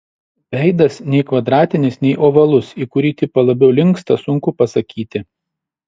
veidas nei kvadratinis nei ovalus į kurį tipą labiau linksta sunku pasakyti